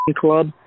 club